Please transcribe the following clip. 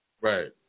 Right